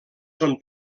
són